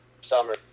summer